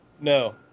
No